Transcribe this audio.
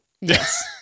Yes